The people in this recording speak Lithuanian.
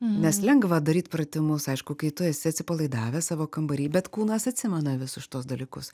nes lengva daryt pratimus aišku kai tu esi atsipalaidavęs savo kambary bet kūnas atsimena visus šituos dalykus